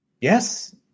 Yes